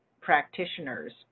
practitioners